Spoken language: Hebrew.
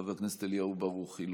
חבר הכנסת אליהו ברוכי,